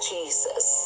Jesus